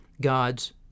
God's